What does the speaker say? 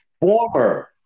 Former